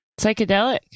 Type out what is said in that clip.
psychedelic